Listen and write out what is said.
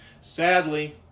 Sadly